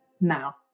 now